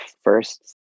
first